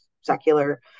secular